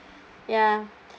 ya